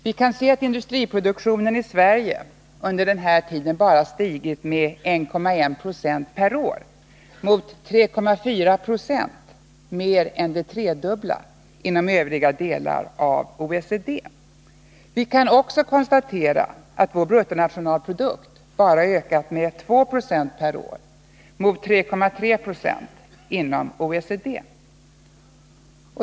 Vi kan se att industriproduktionen i Sverige under denna tid stigit med bara 1,1 96 per år mot 3,4 26 — mer än det tredubbla — inom OECD i övrigt. Vi kan också konstatera att vår bruttonationalprodukt ökat med endast 2 96 per år mot 3,3 26 inom OECD.